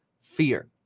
fear